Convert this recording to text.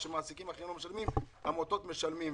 מה שמעסיקים אחרים לא משלמים, העמותות משלמות.